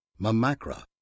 Mamakra